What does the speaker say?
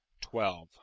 twelve